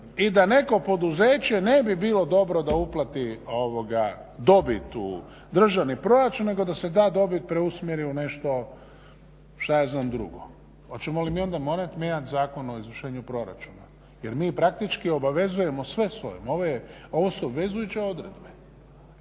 i da neko poduzeće ne bi bilo dobro da uplati dobit u državni proračun, nego da se ta dobit preusmjeri u nešto šta ja znam drugo. Hoćemo li mi onda morati mijenjati Zakon o izvršenju proračuna? Jer mi praktički obavezujemo sve s ovim. Ovo su obvezujuće odredbe.